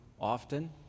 often